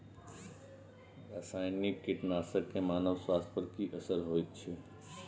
रसायनिक कीटनासक के मानव स्वास्थ्य पर की असर होयत छै?